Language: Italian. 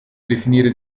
definire